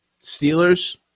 Steelers